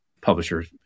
publishers